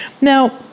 Now